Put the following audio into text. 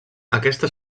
aquesta